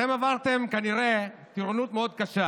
אתם כנראה עברתם טירונות מאוד קשה.